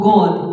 God